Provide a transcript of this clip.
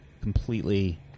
completely